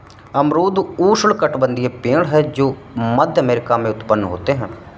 अमरूद उष्णकटिबंधीय पेड़ है जो मध्य अमेरिका में उत्पन्न होते है